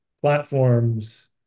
platforms